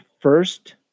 first